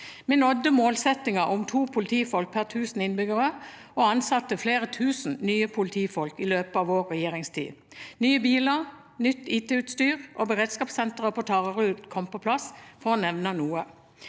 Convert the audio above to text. Vi nådde målsettingen om to politifolk per tusen innbyggere og ansatte flere tusen nye politifolk i løpet av vår regjeringstid. Nye biler, nytt IT-utstyr og beredskapssenteret på Taraldrud kom på plass, for å nevne noe.